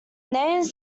names